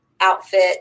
outfit